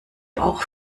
auch